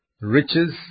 Riches